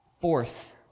fourth